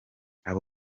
aba